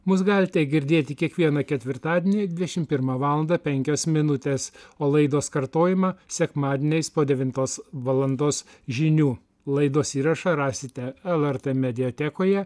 mus galite girdėti kiekvieną ketvirtadienį dvidešimt pirmą valandą penkios minutės o laidos kartojimą sekmadieniais po devintos valandos žinių laidos įrašą rasite lrt mediatekoje